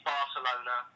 Barcelona